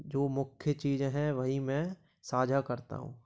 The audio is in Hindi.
जो मुख्य चीजें हैं वही मैं साझा करता हूँ